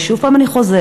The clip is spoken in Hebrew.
שוב אני חוזרת: